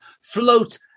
float